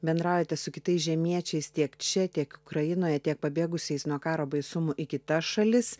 bendraujate su kitais žemiečiais tiek čia tiek ukrainoje tiek pabėgusiais nuo karo baisumų į kitas šalis